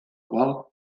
qual